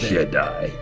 Jedi